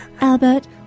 Albert